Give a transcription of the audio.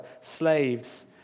slaves